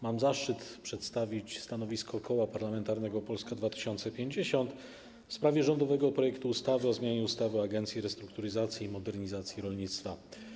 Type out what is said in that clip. Mam zaszczyt przedstawić stanowisko Koła Parlamentarnego Polska 2050 wobec rządowego projektu ustawy o zmianie ustawy o Agencji Restrukturyzacji i Modernizacji Rolnictwa.